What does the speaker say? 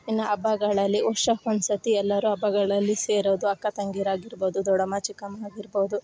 ಇನ್ನು ಹಬ್ಬಗಳಲ್ಲಿ ವರ್ಷಕ್ಕೊಂದುಸತಿ ಎಲ್ಲರೂ ಹಬ್ಬಗಳಲ್ಲಿ ಸೇರೋದು ಅಕ್ಕ ತಂಗೀರು ಆಗಿರ್ಬೋದು ದೊಡಮ್ಮ ಚಿಕಮ್ಮ ಆಗಿರ್ಬೋದು